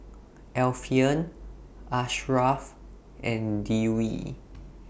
Alfian Asharaff and Dewi